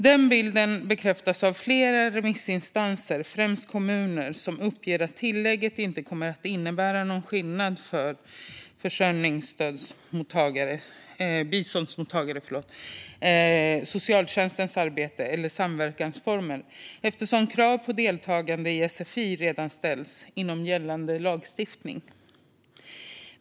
Denna bild bekräftas av flera remissinstanser, främst kommuner, som uppger att tillägget inte kommer att innebära någon skillnad för biståndsmottagare, för socialtjänstens arbete eller för samverkansformer eftersom krav på deltagande i sfi redan ställs inom gällande lagstiftning.